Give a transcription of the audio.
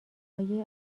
های